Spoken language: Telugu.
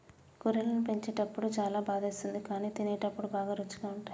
గొర్రెలను చంపేటప్పుడు చాలా బాధేస్తుంది కానీ తినేటప్పుడు బాగా రుచిగా ఉంటాయి